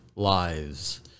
lives